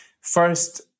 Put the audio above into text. first